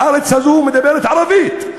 הארץ הזו מדברת ערבית.